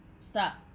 stop